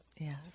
Yes